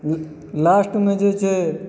लास्टमे जे छै